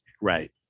Right